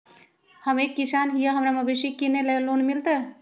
हम एक किसान हिए हमरा मवेसी किनैले लोन मिलतै?